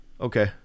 Okay